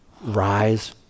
Rise